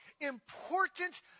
important